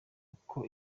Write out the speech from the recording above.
uko